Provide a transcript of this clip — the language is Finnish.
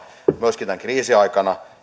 myöskin tämän kriisin aikana